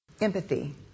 Empathy